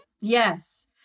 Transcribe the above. Yes